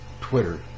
Twitter